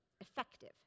effective